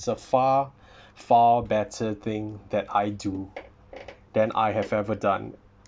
far far better thing that I do than I have ever done